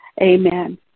Amen